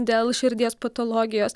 dėl širdies patologijos